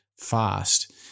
fast